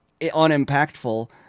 unimpactful